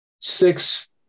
Six